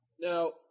Now